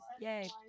Yay